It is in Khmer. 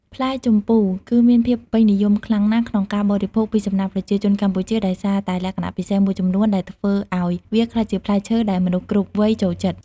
ផ្លែជម្ពូគឺមានភាពពេញនិយមខ្លាំងណាស់ក្នុងការបរិភោគពីសំណាក់ប្រជាជនកម្ពុជាដោយសារតែលក្ខណៈពិសេសមួយចំនួនដែលធ្វើឱ្យវាក្លាយជាផ្លែឈើដែលមនុស្សគ្រប់វ័យចូលចិត្ត។